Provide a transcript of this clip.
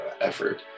effort